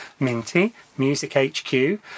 MintyMusicHQ